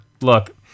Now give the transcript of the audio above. look